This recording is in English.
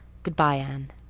goodbye, anne.